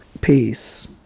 Peace